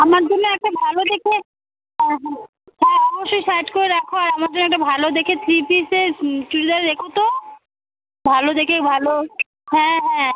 আমার জন্য একটা ভালো দেখে হ্যাঁ হ্যাঁ হ্যাঁ অবশ্যই সাইড করে রাখো আর আমার জন্য একটা ভালো দেখে থ্রি পিসের চুড়িদার রেখো তো ভালো দেখে ভালো হ্যাঁ হ্যাঁ